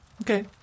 Okay